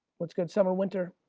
what's good? summer, winter,